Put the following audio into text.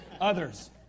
Others